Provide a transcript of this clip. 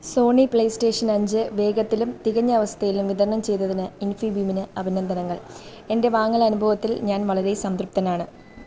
Sony PlayStation അഞ്ച് വേഗത്തിലും തികഞ്ഞ അവസ്ഥയിലും വിതരണം ചെയ്തതിന് ഇൻഫി ബീമിന് അഭിനന്ദനങ്ങൾ എൻ്റെ വാങ്ങൽ അനുഭവത്തിൽ ഞാൻ വളരെ സംതൃപ്തനാണ്